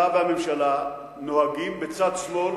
אתה והממשלה נוהגים בצד שמאל